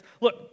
look